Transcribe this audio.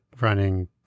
running